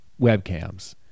webcams